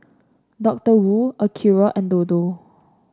Doctor Wu Acura and Dodo